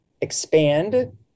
expand